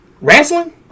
Wrestling